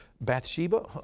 Bathsheba